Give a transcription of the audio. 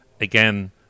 again